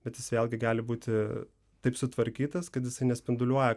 bet jis vėlgi gali būti taip sutvarkytas kad jisai nespinduliuoja